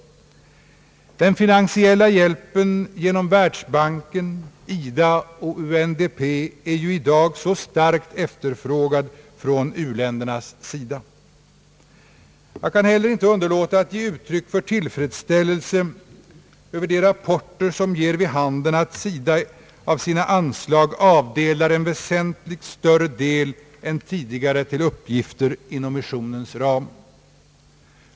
Den finansiella hjälpen genom Världsbanken, IDA och UNDP är ju i dag så starkt efterfrågad från u-ländernas sida. Jag kan heller inte underlåta att ge uttryck för tillfredsställelse över de rapporter som ger vid handen att SIDA av sina anslag avdelar en väsentligt större del än tidigare till uppgifter inom missionens ram.